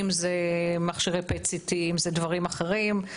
אם זה מכשירי PET-CT ואם זה דברים אחרים.